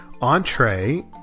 entree